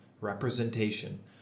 representation